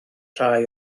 rhai